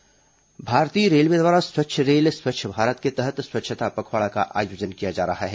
स्वच्छता पखवाड़ा भारतीय रेलवे द्वारा स्वच्छ रेल स्वच्छ भारत के तहत स्वच्छता पखवाड़ा का आयोजन किया जा रहा है